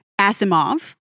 Asimov